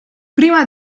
prima